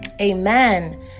Amen